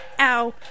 Ow